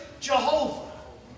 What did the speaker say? Jehovah